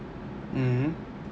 mm